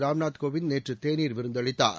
ராம்நாத் கோவிந்த் நேற்று தேநீர் விருந்தளித்தார்